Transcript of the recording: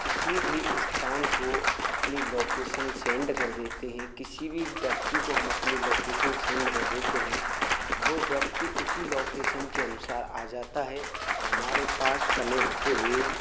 किसी भी स्थान को अपनी लोकेसन सेंड कर देते हैं किसी भी व्यक्ति को हम अपनी लोकेसन सेंड कर देते हें वो व्यक्ति उसी लोकेसन के अनुसार आ जाता हे हमारे पास समय होते हुए ही